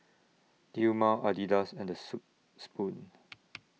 Dilmah Adidas and Soup Spoon